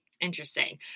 Interesting